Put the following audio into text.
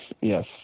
yes